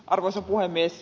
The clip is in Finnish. arvoisa puhemies